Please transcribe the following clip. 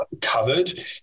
covered